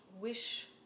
wish